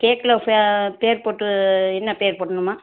கேக்கில் ஃப பேர் போட்டு என்ன பேர் போடணும்மா